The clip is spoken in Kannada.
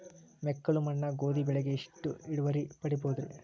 ಮೆಕ್ಕಲು ಮಣ್ಣಾಗ ಗೋಧಿ ಬೆಳಿಗೆ ಎಷ್ಟ ಇಳುವರಿ ಪಡಿಬಹುದ್ರಿ?